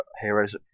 Heroes